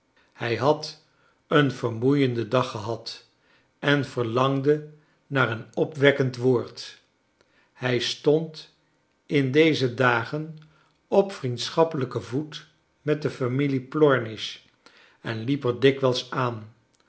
hij had een vermoeienden dag gehad en verlangde naar een opwekkend woord hij stond in deze dagen op vriendschappelijken voet met de familie plornish en liep er dikwijls aan